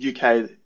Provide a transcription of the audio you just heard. UK